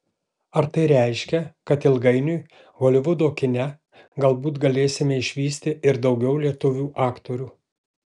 ar tai reiškia kad ilgainiui holivudo kine galbūt galėsime išvysti ir daugiau lietuvių aktorių